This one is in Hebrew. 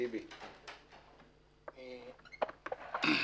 טיבי, בבקשה.